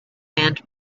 end